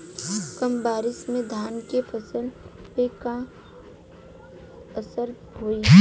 कम बारिश में धान के फसल पे का असर होई?